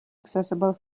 accessible